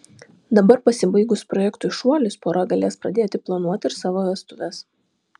dabar pasibaigus projektui šuolis pora galės pradėti planuoti ir savo vestuves